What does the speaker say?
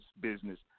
business